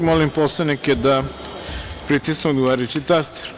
Molim poslanike da pritisnu odgovarajući taster.